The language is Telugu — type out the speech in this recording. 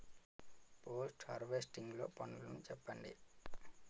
పోస్ట్ హార్వెస్టింగ్ లో పనులను చెప్పండి?